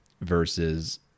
versus